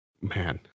Man